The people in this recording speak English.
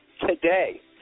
today